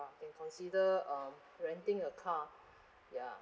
can consider um renting a car ya